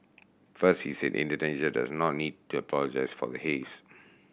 first he said Indonesia does not need to apologise for the haze